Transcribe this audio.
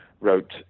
wrote